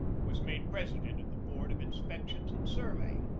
was made president of the board of inspection and sur vey.